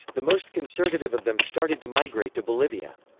the most conservative of them started to migrate to bolivia.